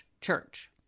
church